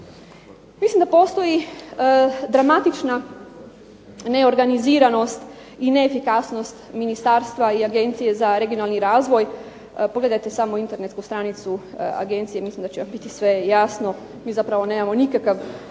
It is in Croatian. Mislim da postoji dramatična neorganiziranost i neefikasnost ministarstva i Agencije za regionalni razvoj. Pogledajte samo internetsku stranicu agencije, mislim da će vam biti sve jasno. Mi zapravo nemamo nikakav